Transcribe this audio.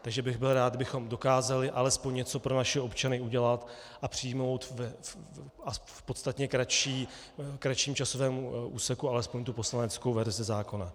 Takže bych byl rád, kdybychom dokázali alespoň něco pro naše občany udělat a přijmout v podstatně kratším časovém úseku alespoň tu poslaneckou verzi zákona.